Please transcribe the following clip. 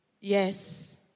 yes